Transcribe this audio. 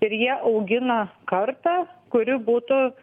ir jie augina kartą kuri būtų